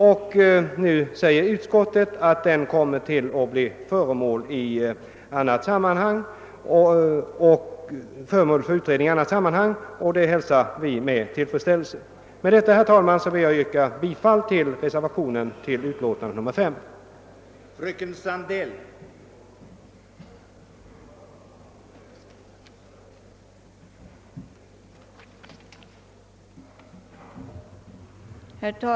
Utskottet har skrivit att den saken kommer att bli föremål för utredning i annat sammanhang, vilket vi hälsar med tillfredsställelse. Herr talman! Med det anförda vill jag yrka bifall till den vid andra lagutskottets utlåtande nr 5 fogade reservationen.